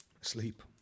Sleep